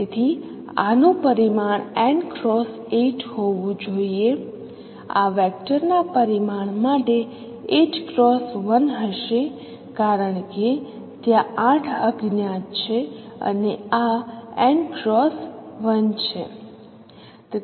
તેથી આનું પરિમાણ n ક્રોસ 8 હોવું જોઈએ આ વેક્ટર ના પરિમાણ માટે 8 ક્રોસ 1 હશે કારણ કે ત્યાં 8 અજ્ઞાત છે અને આ n ક્રોસ 1 છે